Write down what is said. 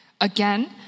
Again